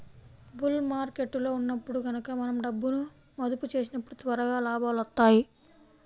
bull మార్కెట్టులో ఉన్నప్పుడు గనక మనం డబ్బును మదుపు చేసినప్పుడు త్వరగా లాభాలొత్తాయి